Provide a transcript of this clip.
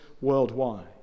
worldwide